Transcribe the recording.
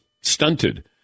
stunted